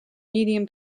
medium